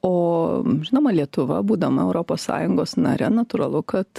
o žinoma lietuva būdama europos sąjungos nare natūralu kad